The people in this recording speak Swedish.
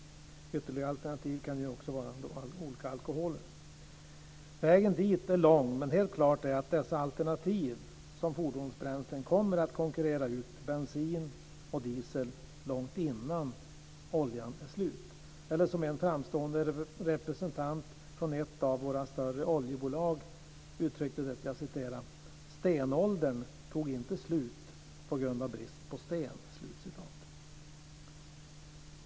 Ytterligare alternativ kan vara olika alkoholer. Vägen dit är lång, men helt klart är att dessa alternativ som fordonsbränslen kommer att konkurrera ut bensin och diesel långt innan oljan är slut. En framstående representant från ett av våra större oljebolag uttryckte det som följande: Stenåldern tog inte slut på grund av brist på sten.